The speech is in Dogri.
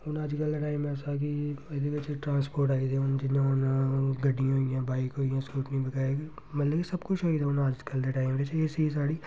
हून अज्जकल दा टाइम ऐसा ऐ कि एह्दे बिच्च ट्रांसपोर्ट आई गेदे हून जियां हून गड्डियां होई गेइयां बाइक होई गेइयां स्कूटियां बगैरा मतलब कि सब कुछ होई गेदा हून अज्जकल दे टाइम बिच्च एह् चीज़ साढ़ी